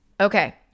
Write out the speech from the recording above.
Okay